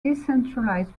decentralized